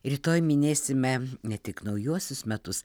rytoj minėsime ne tik naujuosius metus